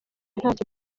ntacyo